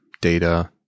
data